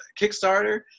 Kickstarter